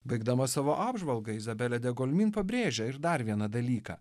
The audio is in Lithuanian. baigdama savo apžvalgą izabelė degolimin pabrėžia ir dar vieną dalyką